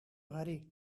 hurry